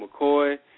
McCoy